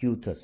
Q થશે